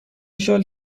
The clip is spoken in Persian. شال